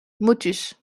motus